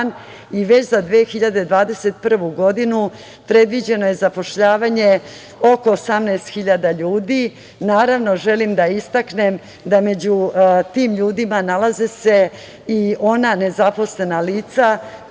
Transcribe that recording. i već za 2021. godinu previđeno je zapošljavanje oko 18.000 ljudi. Naravno, želim da istaknem da među tim ljudima nalaze se i ona nezaposlena lica